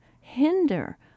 hinder